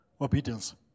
obedience